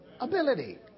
Ability